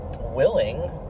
willing